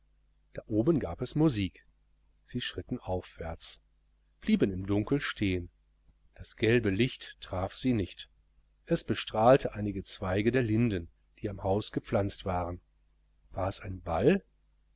da oben gab es musik sie schritten aufwärts blieben im dunkel stehen das gelbe licht traf sie nicht es bestrahlte einige zweige der linden die am haus gepflanzt waren war es ein ball